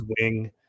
wing